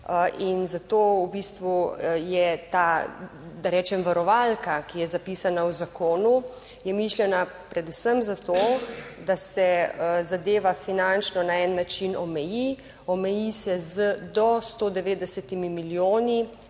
v bistvu je ta, da rečem varovalka, ki je zapisana v zakonu, je mišljena predvsem zato, da se zadeva finančno na en način omeji. Omeji se z do 190 milijoni